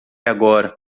agora